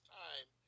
time